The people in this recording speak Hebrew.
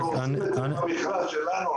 אנחנו עושים את זה במכרז שלנו,